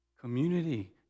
Community